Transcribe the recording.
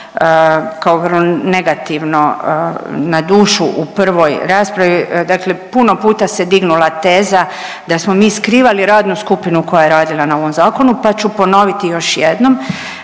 vrlo negativno na dušu u prvoj raspravi, dakle puno puta se dignula teza da smo mi skrivali radnu skupinu koja je radila na ovom zakonu pa ću ponoviti još jednom.